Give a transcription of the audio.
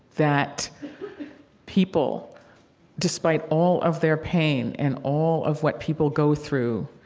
that people despite all of their pain and all of what people go through,